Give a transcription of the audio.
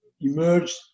emerged